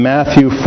Matthew